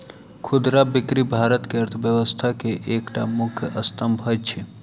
खुदरा बिक्री भारत के अर्थव्यवस्था के एकटा मुख्य स्तंभ अछि